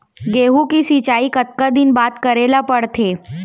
गेहूँ के सिंचाई कतका दिन बाद करे ला पड़थे?